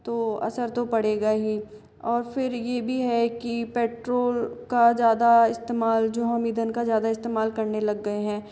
तो असर तो पड़ेगा ही और फिर ये भी है की पेट्रोल का ज़्यादा इस्तेमाल जो हम ईंधन का ज़्यादा इस्तेमाल करने लग गए है तो